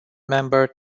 member